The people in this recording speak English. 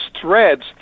threads